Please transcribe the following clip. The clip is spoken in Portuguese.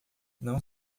não